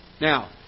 Now